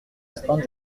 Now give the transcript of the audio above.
astreinte